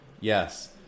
yes